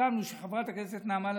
סיכמנו שחברת הכנסת נעמה לזימי,